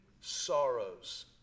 sorrows